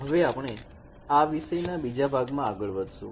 હવે આપણે આ વિષયના બીજા ભાગમાં આગળ વધશું